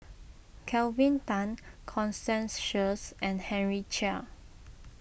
Kelvin Tan Constance Sheares and Henry Chia